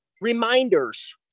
reminders